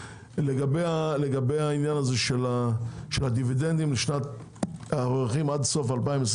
לגבי הדיבידנדים עד סוף שנת 2022,